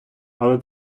але